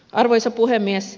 arvoisa puhemies